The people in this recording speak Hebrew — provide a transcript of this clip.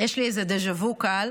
יש לי איזה דז'ה וו קל.